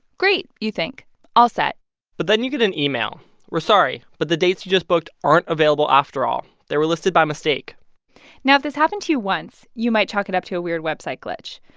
great, you think all set but then you get an email we're sorry, but the dates you just booked aren't available after all. they were listed by mistake now, if this happened to you once, you might chalk it up to a weird website glitch.